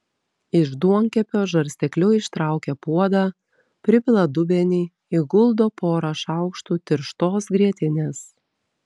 iš duonkepio žarstekliu ištraukia puodą pripila dubenį įguldo porą šaukštų tirštos grietinės